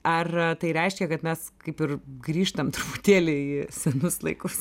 ar tai reiškia kad mes kaip ir grįžtam truputėlį į senus laikus